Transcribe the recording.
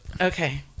okay